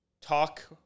talk